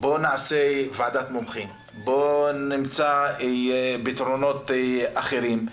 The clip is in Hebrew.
בואו נעשה ועדת מומחים, בואו נמצא פתרונות אחרים,